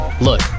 Look